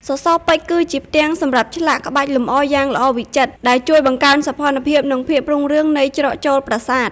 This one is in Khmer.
សសរពេជ្រ គឺជាផ្ទាំងសម្រាប់ឆ្លាក់ក្បាច់លម្អយ៉ាងល្អវិចិត្រ ដែលជួយបង្កើនសោភ័ណភាព និងភាពរុងរឿងនៃច្រកចូលប្រាសាទ។